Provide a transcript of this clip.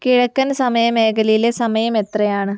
കിഴക്കൻ സമയ മേഖലയിലെ സമയം എത്രയാണ്